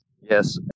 Yes